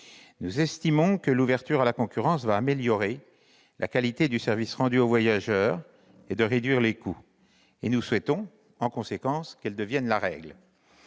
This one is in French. Nous estimons que l'ouverture à la concurrence va améliorer la qualité du service rendu aux voyageurs et réduire les coûts. Nous souhaitons, en conséquence, qu'elle devienne la règle.